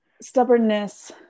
stubbornness